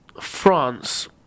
France